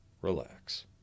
Relax